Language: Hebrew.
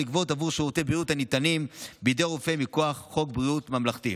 לגבות עבור שירותי בריאות הניתנים בידי רופא מכוח חוק בריאות ממלכתי.